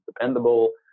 dependable